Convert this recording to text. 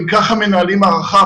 אם ככה מנהלים מערכה,